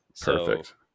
Perfect